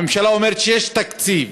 הממשלה אומרת שיש תקציב.